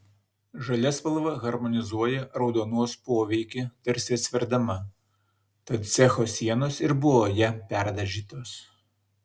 žalia spalva harmonizuoja raudonos poveikį tarsi atsverdama tad cecho sienos ir buvo ja perdažytos